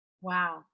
Wow